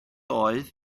oedd